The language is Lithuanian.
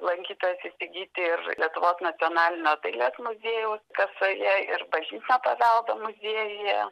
lankytojas įsigyti ir lietuvos nacionalinio dailės muziejaus kasoje ir bažnytinio paveldo muziejuje